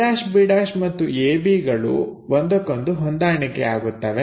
a'b' ಮತ್ತು ab ಗಳು ಒಂದಕ್ಕೊಂದು ಹೊಂದಾಣಿಕೆ ಆಗುತ್ತವೆ